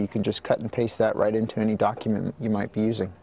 you can just cut and paste that right into any document you might be using